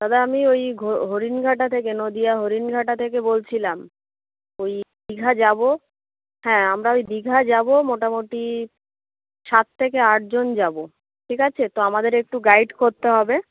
দাদা আমি ওই হরিণঘাটা থেকে নদীয়া হরিণঘাটা থেকে বলছিলাম ওই দীঘা যাব হ্যাঁ আমরা ওই দীঘা যাব মোটামুটি সাত থেকে আটজন যাব ঠিক আছে তো আমাদের একটু গাইড করতে হবে